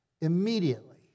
immediately